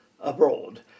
abroad